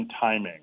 timing